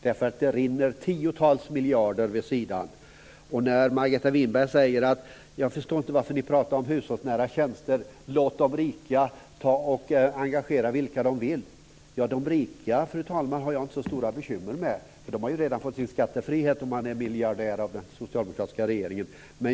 Det rinner tiotals miljarder vid sidan. Margareta Winberg säger att hon inte förstår varför vi pratar om hushållsnära tjänster och att man ska låta de rika engagera vilka de vill. Jag har inte så stora bekymmer med de rika, fru talman. Om man är miljardär har man redan fått sin skattefrihet av den socialdemokratiska regeringen.